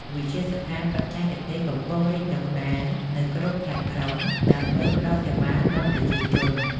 វិទ្យាស្ថានបច្ចេកទេសកំពុងរីកដុះដាលនៅគ្រប់ខេត្តក្រុងដើម្បីផ្ដល់សេវាដល់ប្រជាជន។